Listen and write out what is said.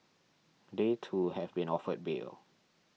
they too have been offered bail